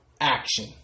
action